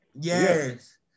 Yes